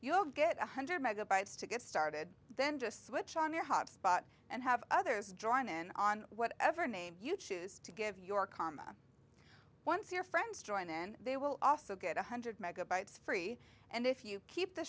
you'll get one hundred megabytes to get started then just switch on your hot spot and have others join in on whatever name you choose to give your comma once your friends join in they will also get one hundred megabytes free and if you keep the